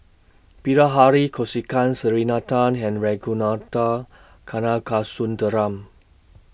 Bilahari Kausikan Selena Tan and Ragunathar Kanagasuntheram